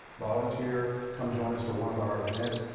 volunteer. come join us for one of our events.